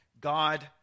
God